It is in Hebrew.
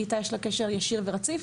כי איתה יש להן קשר ישיר ורציף.